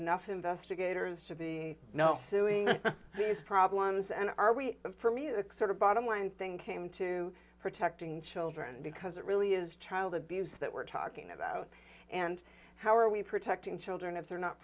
enough investigators to be now suing these problems and are we in for me a sort of bottom line thing came to protecting children because it really is child abuse that we're talking about and how are we protecting children if they're not